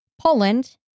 Poland